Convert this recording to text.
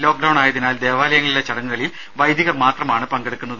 lock ഡൌണായതിനാൽ ദേവാലയങ്ങളിലെ ചടങ്ങുകളിൽ വൈദികർ മാത്രമാണ് പങ്കെടുക്കുന്നത്